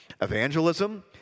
evangelism